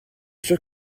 sûr